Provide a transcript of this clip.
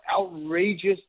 outrageous